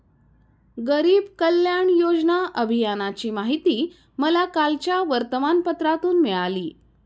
गरीब कल्याण योजना अभियानाची माहिती मला कालच्या वर्तमानपत्रातून मिळाली